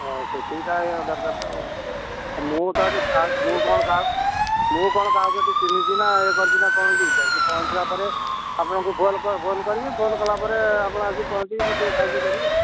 ହଁ ସେତିକି ତ ଆଜ୍ଞା ଦରକାର ତ ଆଉ ମୁଁ ତ ହେଠି କାହାକୁ ମୁଁ କ'ଣ କାହାକୁ ମୁଁ କ'ଣ ହେଠି କାହାକୁ ଚିହ୍ନିଛି ନା ଇଏ କରିଛି ନା କ'ଣ କି ଯାଇକି ପହଁଚିଲା ପରେ ଆପଣଙ୍କୁ ଫୋନ୍ ଫୋନ୍ କରିବି ଫୋନ୍ କଲା ପରେ ଆପଣ ଆସିକି ପହଁଚିକି ମୋତେ ଟିକେ ସାହାଯ୍ୟ କରିବେ